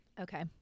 Okay